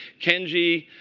kenji,